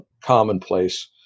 commonplace